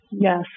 Yes